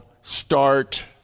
start